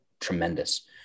tremendous